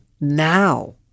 now